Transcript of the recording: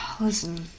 Listen